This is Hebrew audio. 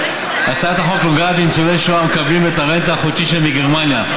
הצעת החוק נוגעת לניצולי שואה המקבלים את הרנטה החודשית שלהם מגרמניה.